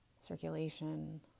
circulation